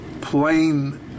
plain